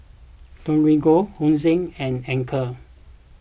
Torigo Hosen and Anchor